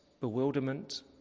bewilderment